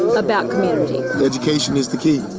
um about community? education is the key.